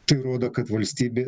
tai rodo kad valstybė